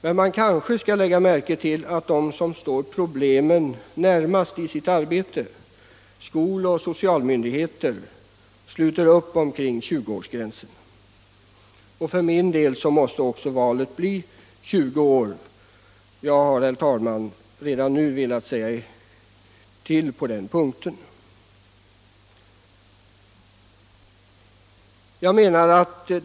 Men man kanske skall lägga märke till att de som står problemen närmast i sitt arbete, skol och socialmyndigheterna, sluter upp kring 20-årsgränsen. För min del måste valet också bli 20 år. Jag har, herr talman, redan nu velat redovisa min inställning i den frågan.